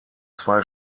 zwei